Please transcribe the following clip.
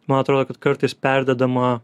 man atrodo kad kartais perdedama